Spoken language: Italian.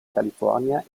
california